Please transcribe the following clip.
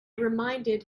reminded